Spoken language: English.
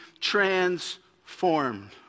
transformed